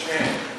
בבקשה.